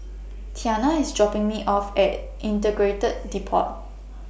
Tianna IS dropping Me off At Integrated Deport